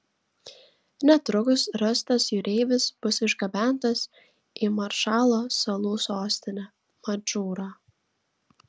netrukus rastas jūreivis bus išgabentas į maršalo salų sostinę madžūrą